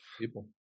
people